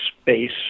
space